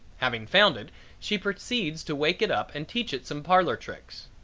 having found it she proceeds to wake it up and teach it some parlor tricks.